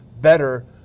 better